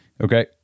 okay